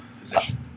position